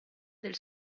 del